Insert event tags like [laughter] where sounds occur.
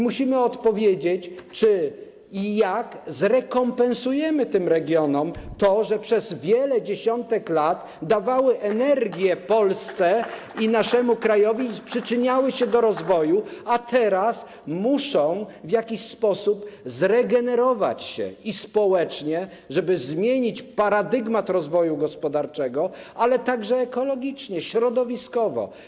Musimy też odpowiedzieć na pytanie, czy i jak zrekompensujemy tym regionom to, że przez wiele dziesiątek lat dawały energię Polsce, [applause] naszemu krajowi i przyczyniały się do rozwoju, a teraz muszą w jakiś sposób zregenerować się społecznie, żeby zmienić paradygmat rozwoju gospodarczego, ale także ekologicznie, środowiskowo.